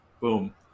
Boom